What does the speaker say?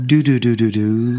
Do-do-do-do-do